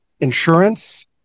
insurance